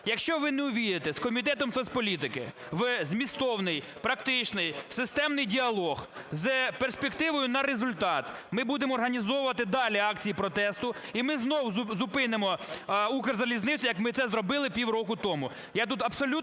Якщо ви не увійдете із Комітетом соцполітики в змістовний, практичний, системний діалог з перспективою на результат – ми будемо організовувати далі акції протесту, і ми знову зупинимо "Укрзалізницю", як ми це зробили півроку тому.